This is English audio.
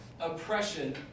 oppression